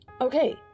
Okay